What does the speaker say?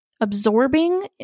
absorbing